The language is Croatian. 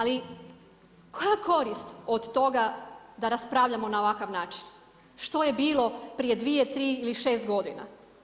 Ali koja korist od toga da raspravljamo na ovakav način što je bilo prije 2, 3 ili 6 godina.